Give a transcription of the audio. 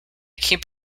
keep